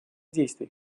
действий